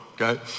Okay